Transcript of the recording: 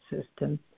system